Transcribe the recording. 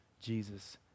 Jesus